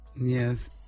Yes